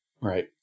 Right